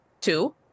Two